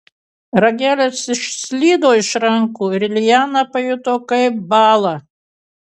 ragelis išslydo iš rankų ir liana pajuto kaip bąla